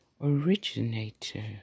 originator